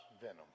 venom